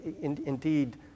Indeed